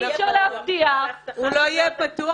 אי אפשר להבטיח -- הוא לא יהיה פתוח